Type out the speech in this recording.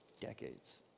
decades